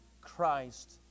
Christ